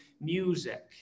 music